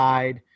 Side